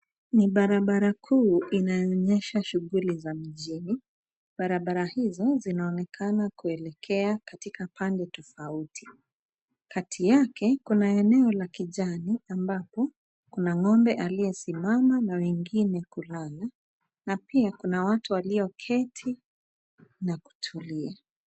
Ni barabara kuu inayoonyesha shughuli za mijini. Barabara izo zinaonekana kuelekea katika pande tofauti. Kati yake kuna eneo la kijani ambapo kuna ng'ombe aliyesimama na wengine kulala, na pia kuna watu walioketi na kutulia.